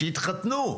שיתחתנו.